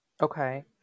okay